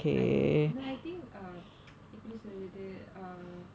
I no I think எப்படி சொல்றது:eppadi solrathu uh